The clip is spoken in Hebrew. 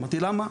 אמרתי: למה?